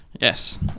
yes